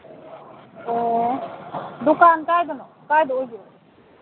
ꯑꯣ ꯗꯨꯀꯥꯟ ꯀꯥꯏꯗꯅꯣ ꯀꯥꯏꯗ ꯑꯣꯏꯒꯦ